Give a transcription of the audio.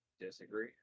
disagree